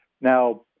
Now